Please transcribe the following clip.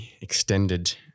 extended